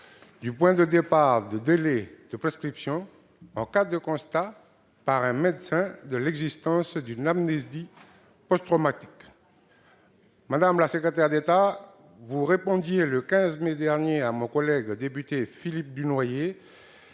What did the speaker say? le point de départ du délai de prescription en cas de constat par un médecin de l'existence d'une amnésie post-traumatique. Madame la secrétaire d'État, le 15 mai 2018, vous répondiez à mon collègue député Philippe Dunoyer